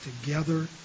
together